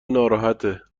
ناراحته